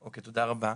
אוקיי, תודה רבה.